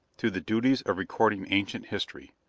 to the duties of recording ancient history,